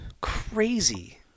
crazy